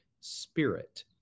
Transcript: spirit